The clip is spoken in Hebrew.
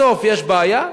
בסוף יש בעיה?